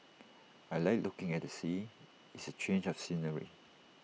I Like looking at the sea it's A change of scenery